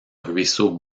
ruisseau